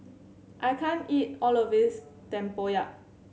I can't eat all of this Tempoyak